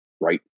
right